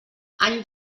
any